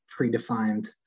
predefined